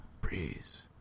Breeze